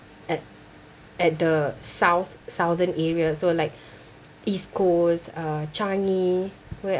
at at the south southern area so like east coast uh changi where else